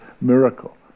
miracle